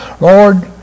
Lord